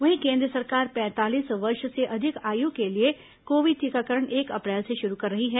वहीं केन्द्र सरकार पैंतालीस वर्ष से अधिक आयु के लिए कोविड टीकाकरण एक अप्रैल से शुरू कर रही है